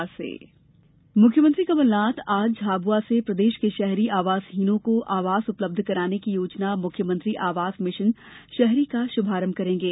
मुख्यमंत्री आवास मुख्यमंत्री कमल नाथ आज झाबुआ से प्रदेश के शहरी आवासहीनों को आवास उपलब्ध कराने की योजना मुख्यमंत्री आवास मिशन शहरी का शुभारंभ करेंगे